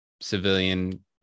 civilian